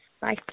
Bye